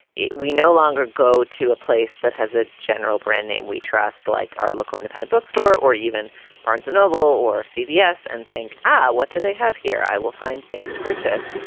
we no longer go to a place that has a general brand name we trust like our local independent bookstore or even barnes and noble or c v s and think, ah what do they have here? i will find things to purchase.